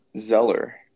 zeller